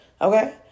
Okay